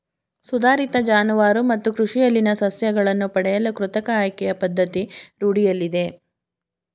ಸುಧಾರಿತ ಜಾನುವಾರು ಮತ್ತು ಕೃಷಿಯಲ್ಲಿನ ಸಸ್ಯಗಳನ್ನು ಪಡೆಯಲು ಕೃತಕ ಆಯ್ಕೆಯ ಪದ್ಧತಿ ರೂಢಿಯಲ್ಲಿದೆ